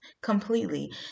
completely